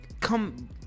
come